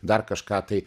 dar kažką tai